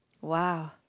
Wow